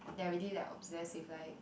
they are already like obsessed with like